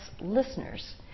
listeners